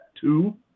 two